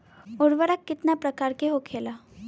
उर्वरक कितना प्रकार के होखेला?